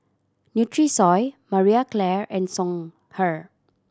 Nutrisoy Marie Claire and Songhe